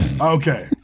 okay